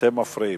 אתם מפריעים.